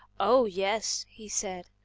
oh yes, he said,